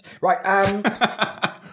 Right